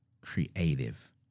Creative